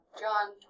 John